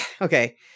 Okay